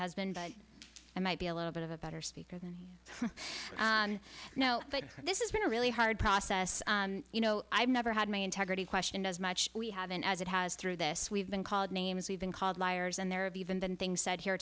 husband but i might be a little bit of a better speaker than you know but this is been a really hard process you know i've never had my integrity questioned as much we haven't as it has through this we've been called names we've been called liars and they're of even than things said here